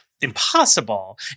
impossible